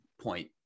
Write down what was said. point